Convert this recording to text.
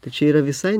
tai čia yra visai